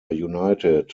united